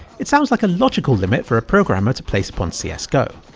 it sounds like a logical limit for a programmer to place upon cs go.